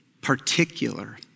particular